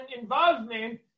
involvement